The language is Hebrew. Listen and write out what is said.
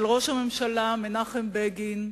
של ראש הממשלה מנחם בגין,